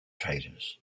traders